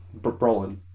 Brolin